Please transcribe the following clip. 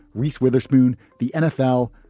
reese witherspoon, the nfl.